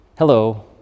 Hello